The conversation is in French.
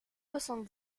soixante